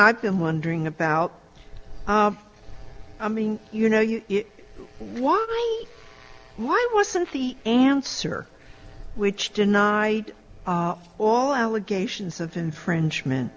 i've been wondering about i mean you know you it why why wasn't the answer which denied all allegations of infringement